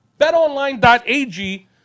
BetOnline.ag